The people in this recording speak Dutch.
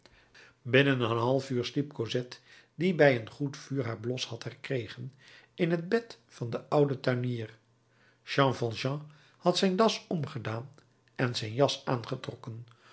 binnen een half uur sliep cosette die bij een goed vuur haar blos had herkregen in het bed van den ouden tuinier jean valjean had zijn das omgedaan en zijn jas aangetrokken